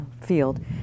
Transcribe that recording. field